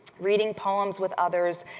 reading poems with others,